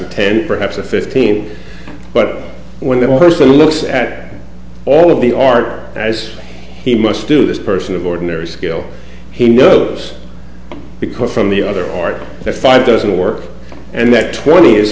a ten perhaps a fifteen but when it almost looks at all of the art as he must do this person of ordinary skill he knows because from the other art that five doesn't work and that twenty is